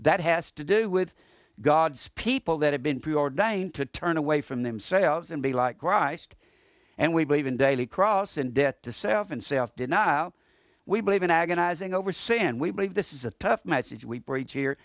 that has to do with god's people that have been preordained to turn away from themselves and be like christ and we believe in daily cross and death to self and self denial we believe in agonizing over sin we believe this is a tie the message we preach here